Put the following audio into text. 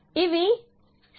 ఇది సి